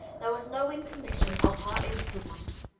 there was no intermission of her influence.